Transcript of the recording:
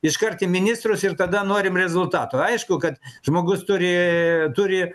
iškart į ministrus ir tada norim rezultatų aišku kad žmogus turi turi